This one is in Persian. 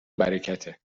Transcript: برکته